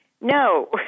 no